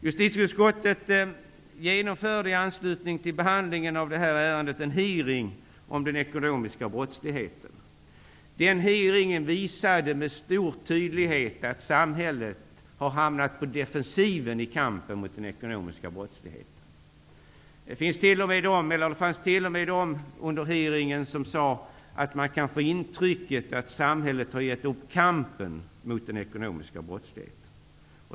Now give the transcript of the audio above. Justitieutskottet genomförde i anslutning till behandlingen av det här ärendet en hearing om den ekonomiska brottsligheten. Den visade med stor tydlighet att samhället har hamnat på defensiven i kampen mot den ekonomiska brottsligheten. Under hearingen fanns det t.o.m. de som sade att man kan få det intrycket att samhället har gett upp kampen mot den ekonomiska brottsligheten.